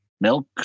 milk